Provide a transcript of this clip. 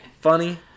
funny